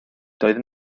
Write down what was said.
doedd